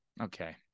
Okay